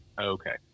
okay